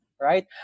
Right